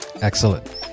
Excellent